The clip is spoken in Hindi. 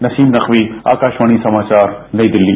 नसीम नकवी आकाशवाणी समाचार नई दिल्ली